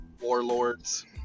warlords